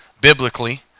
biblically